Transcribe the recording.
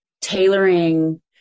tailoring